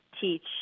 teach